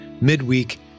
midweek